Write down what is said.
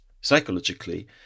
psychologically